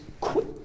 quit